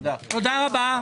תודה רבה.